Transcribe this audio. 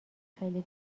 خیلی